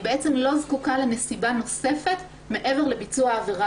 אני לא זקוקה לנסיבה נוספת מעבר לביצוע העבירה